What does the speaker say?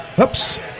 oops